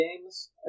games